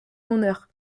honneur